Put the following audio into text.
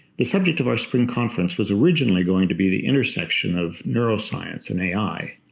the subject of our spring conference was originally going to be the intersection of neuroscience and ai,